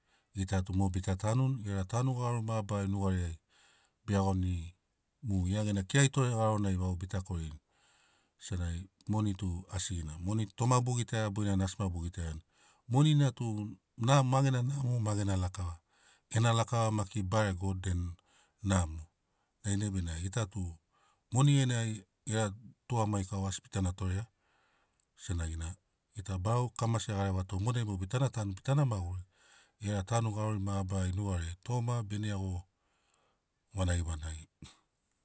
Gita tu mo bita tanuni gera tanu garori mabarari nugariai mu gia gena kiragitore garonai bita korini. Senagi moni tu asigina moni tu toma bo gitaia boinani tu asi ma bogitaiani. Moni na tu namo ma gena namo ma gena lakava gena lakava maki barego den namo dainai benamo gita tu moni genai gera tugamagikau asi tana torea senagina gita barau kamasi e garevato monai mogo bitana tanu bitana maguri gera tanu garori mabarari nugariai toma bene iago vanagivanagi